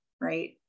right